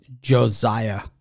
Josiah